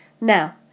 Now